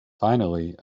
finally